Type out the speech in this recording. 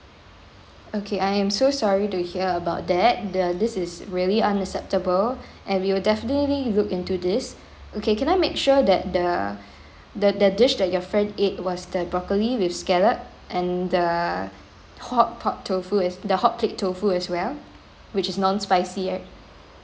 okay I am so sorry to hear about that the this is really unacceptable and we will definitely look into this okay can I make sure that the the the dish that your friend ate was the broccoli with scallop and the hot pot tofu eh the hot plate tofu as well which is non spicy eh